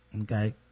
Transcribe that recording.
Okay